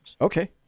okay